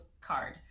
card